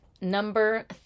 Number